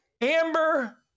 Amber